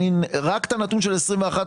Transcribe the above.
ורק את הנתון של 21'